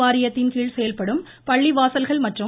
வாரியத்தின் கீழ் செயல்படும் பள்ளிவாசல்கள் மற்றும் வ